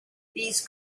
these